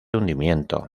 hundimiento